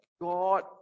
God